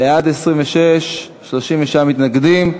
בעד, 26, 36 מתנגדים,